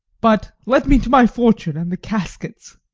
but let me to my fortune and the caskets.